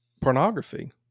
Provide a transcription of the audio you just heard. pornography